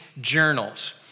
journals